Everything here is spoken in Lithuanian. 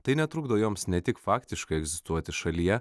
tai netrukdo joms ne tik faktiškai egzistuoti šalyje